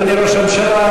אדוני ראש הממשלה,